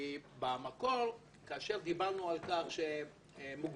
כי במקור כאשר דיברנו על כך שמוגבלות